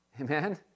Amen